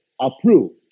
approved